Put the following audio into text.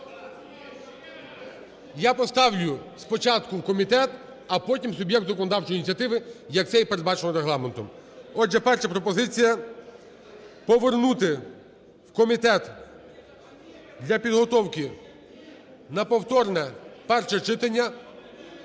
Я поставлю: спочатку – в комітет, а потім – суб'єкту законодавчої ініціативи, як це і передбачено Регламентом. Отже, перша пропозиція: повернути в комітет для підготовки на повторне перше читання